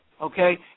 Okay